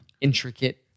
intricate